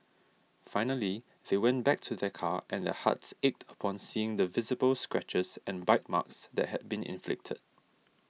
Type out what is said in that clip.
finally they went back to their car and their hearts ached upon seeing the visible scratches and bite marks that had been inflicted